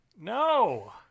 No